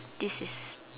this is